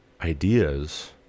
ideas